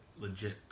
legit